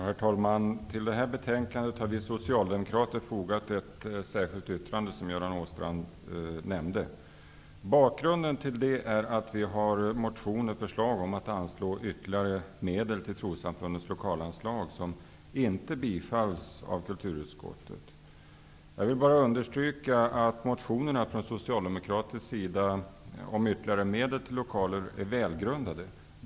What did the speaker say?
Herr talman! Som Göran Åstrand nämnde har vi socialdemokrater till detta betänkande fogat ett särskilt yttrande. Bakgrunden till detta är att vi har avgett motioner med förslag om att man skall anslå ytterligare medel till trossamfundens lokalanslag. Våra förslag tillstyrks inte av kulturutskottet. Jag vill bara understryka att socialdemokraternas motioner om ytterligare medel till lokaler är välgrundade.